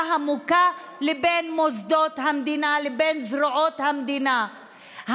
המוכה לבין מוסדות המדינה וזרועות המדינה,